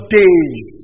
days